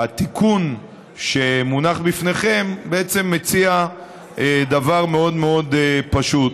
התיקון שמונח בפניכם מציע דבר מאוד מאוד פשוט: